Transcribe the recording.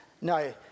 No